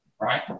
right